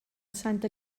santa